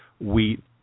wheat